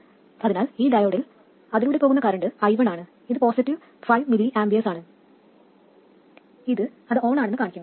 അതിനാൽ ഈ ഡയോഡിൽ അതിലൂടെ പോകുന്ന കറൻറ് i1 ആണ് ഇത് പോസിറ്റീവ് 5 mA ആണ് ഇത് അത് ഓണാണെന്ന് കാണിക്കുന്നു